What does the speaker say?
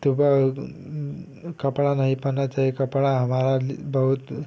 सुबह कपड़ा नहीं पहनना चाहिए कपड़ा हमारा बहुत